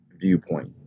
viewpoint